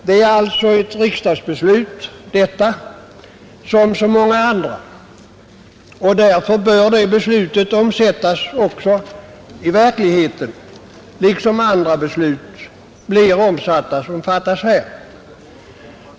Detta är alltså ett riksdagsbeslut som så många andra, och därför bör det beslutet omsättas i verkligheten, liksom andra beslut blir omsatta som fattas här.